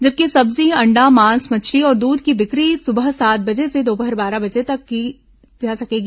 जबकि सब्जी अण्डा मांस मछली और दूध की बिक्री सुबह सात से दोपहर बारह बजे तक ही की जा सकेगी